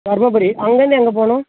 தருமபுரி அங்கேருந்து எங்கே போகணும்